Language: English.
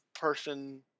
person